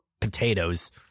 potatoes